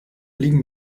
liegen